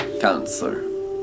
Counselor